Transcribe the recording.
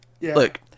Look